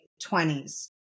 20s